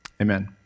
Amen